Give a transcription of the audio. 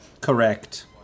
Correct